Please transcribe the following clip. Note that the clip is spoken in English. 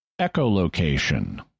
echolocation